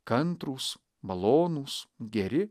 kantrūs malonūs geri